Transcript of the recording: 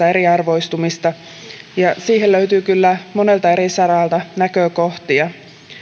eriarvoistumista ja siihen löytyy kyllä monelta eri saralta näkökohtia